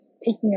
taking